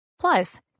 Plus